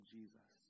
Jesus